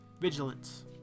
vigilance